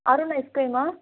Arun ஐஸ்க்ரீமா